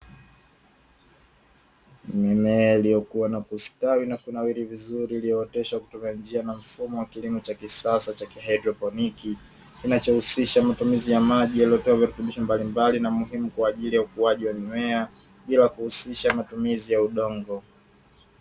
Mimea iliyokuwa na kustawi na kunawiri vizuri iliyooteshwa kutoka njia na mfumo wa kilimo cha kisasa cha kihaidroponiki, kinachohusisha matumizi ya maji yaliyopewa virutubisho mbalimbali na muhimu kwa ajili ya ukuaji wa mimea bila kuhusisha matumizi ya udongo.